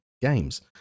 games